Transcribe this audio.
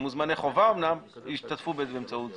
מוזמני חובה אמנם ישתתפו באמצעות זום.